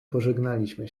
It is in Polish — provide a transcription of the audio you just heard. pożegnaliśmy